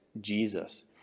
Jesus